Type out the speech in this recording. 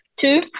Two